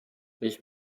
ich